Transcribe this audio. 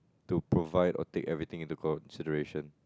to provide or take everything into consideration